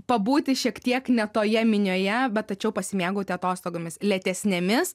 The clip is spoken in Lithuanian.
pabūti šiek tiek ne toje minioje bet tačiau pasimėgauti atostogomis lėtesnėmis